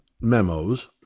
memos